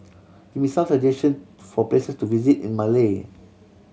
give me some suggestion for place to visit in Male